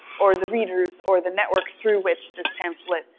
or the readers, or the network through which this pamphlet,